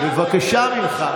בבקשה ממך.